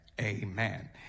amen